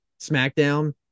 smackdown